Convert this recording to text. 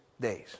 days